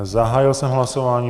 Zahájil jsem hlasování.